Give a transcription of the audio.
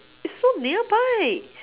is so nearby